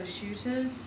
Shooters